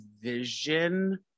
vision